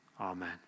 amen